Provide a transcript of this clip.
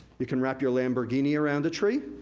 you can wrap your lamborghini around a tree,